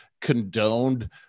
condoned